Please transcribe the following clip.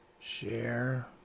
share